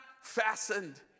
fastened